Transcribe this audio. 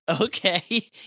okay